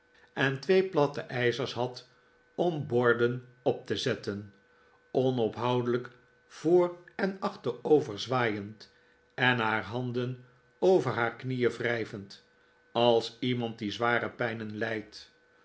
en twee platte ijzers had om borden op te zetten onophoudelijk voor en achterover zwaaiend en haar handen over haar knieen wrijvend als iemand die zware pijneti lijdt